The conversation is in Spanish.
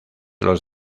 los